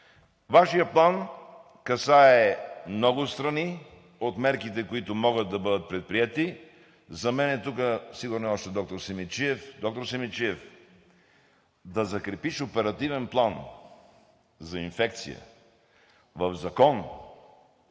Вашият план касае много страни от мерките, които могат да бъдат предприети. Сигурно доктор Симидчиев още е тук. Доктор Симидчиев, да закрепиш оперативен план за инфекция в закон